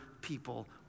people